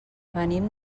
venim